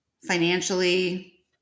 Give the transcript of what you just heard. financially